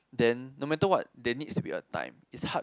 then no matter what there needs to be a time it's hard